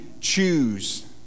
choose